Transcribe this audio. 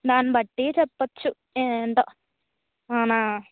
దాన్ని బట్టి చెప్పచు ఏంటో ఔనా